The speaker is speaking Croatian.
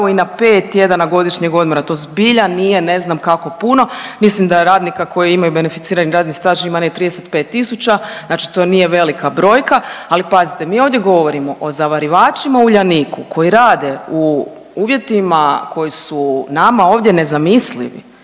i na 5 tjedana godišnjeg odmora. To zbilja nije ne znam kako puno. Mislim da je radnika koji imaju beneficirani radni stan ima negdje 35 tisuća, znači to nije velika brojka, ali pazite mi ovdje govorimo o zavarivačima u Uljaniku koji rade u uvjetima koji su nama ovdje nezamislivi.